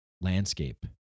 landscape